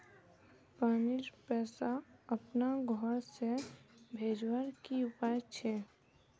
पानीर पैसा अपना घोर से भेजवार की उपाय छे?